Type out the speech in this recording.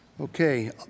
Okay